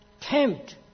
tempt